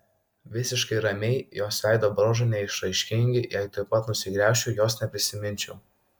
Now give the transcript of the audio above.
visiškai ramiai jos veido bruožai neišraiškingi jei tuoj pat nusigręžčiau jos neprisiminčiau